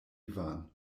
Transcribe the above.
ivan